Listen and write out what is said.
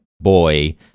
boy